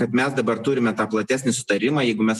kad mes dabar turime tą platesnį sutarimą jeigu mes